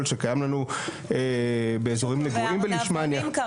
שקיים לנו באזורים נגועים בלישמניה.